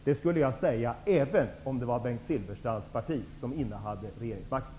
Det skulle jag säga även om det var Bengt Silfverstrands parti som innehade regeringsmakten.